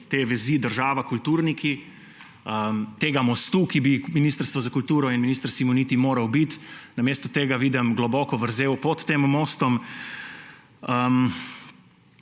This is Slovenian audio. te vezi država – kulturniki, tega mostu, ki bi Ministrstvo za kulturo in minister Simoniti morala biti, namesto tega vidim globoko vrzel pod tem mostom.